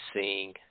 seeing